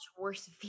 worse